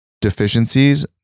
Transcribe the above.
deficiencies